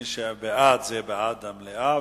מי שבעד, בעד המליאה.